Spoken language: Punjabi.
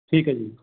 ਠੀਕ ਹੈ ਜੀ